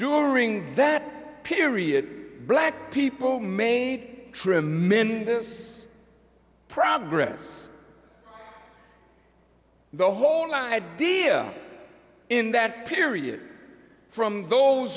during that period black people made tremendous progress the whole idea in that period from those